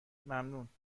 ممنونشماها